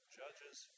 judges